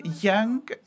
young